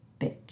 bitch